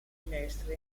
finestre